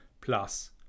Plus